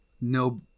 No